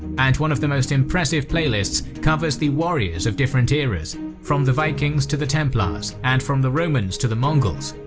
and one of the most impressive playlists covers the warriors of different eras from the vikings to the templars and from the romans to the mongols.